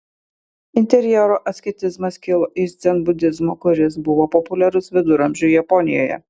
interjero asketizmas kilo iš dzenbudizmo kuris buvo populiarus viduramžių japonijoje